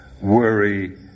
worry